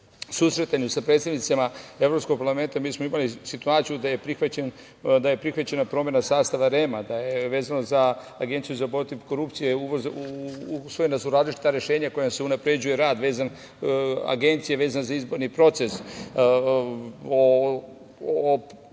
susretanju sa predstavnicima Evropskog parlamenta mi smo imali situaciju da je prihvaćena promena sastava REM-a, da su vezano za Agenciju za borbu protiv korupcije usvojena različita rešenja kojima se unapređuje rad Agencije vezan za izborni proces. O onim